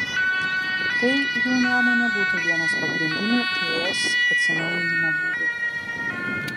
tai jų nuomone būtų vienas pagrindinių ts atsinaujinimo būdų